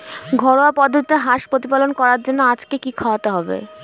ঘরোয়া পদ্ধতিতে হাঁস প্রতিপালন করার জন্য আজকে কি খাওয়াতে হবে?